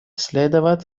следовать